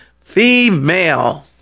female